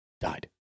died